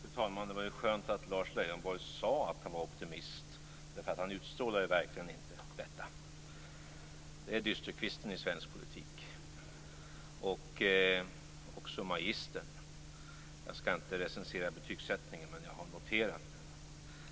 Fru talman! Det var skönt att Lars Leijonborg sade att han är optimist. Han utstrålar verkligen inte detta. Han är dysterkvisten i svensk politik, och också magistern. Jag skall inte recensera betygsättningen, men jag har noterat den.